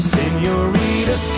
Senorita